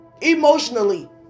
emotionally